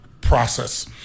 process